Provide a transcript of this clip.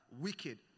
wicked